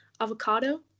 avocado